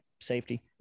safety